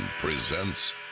presents